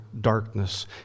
darkness